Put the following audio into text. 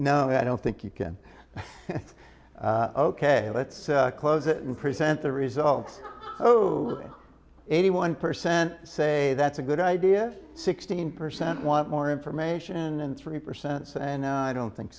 no i don't think you can ok let's close it and present the results eighty one percent say that's a good idea sixteen percent want more information and three percent saying no i don't think